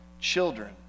children